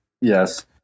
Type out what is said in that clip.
Yes